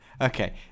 Okay